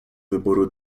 wyboru